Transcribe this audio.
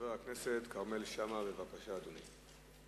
חבר הכנסת כרמל שאמה, בבקשה, אדוני.